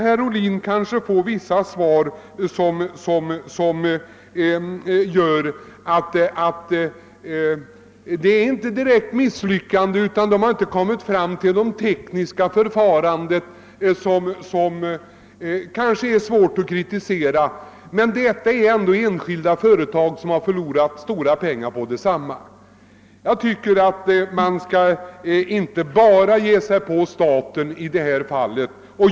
Herr Ohlin kommer då att få en del svar som visar att det inte beror på ett direkt misslyckande utan mera på att företagen inte kommit fram till det tekniska förfarande som är det lämpligaste och att detta kanske inte kan kritiseras. Men det gäller enskilda företag som förlorat stora pengar. Man skall inte bara ge sig på de statsägda företagen.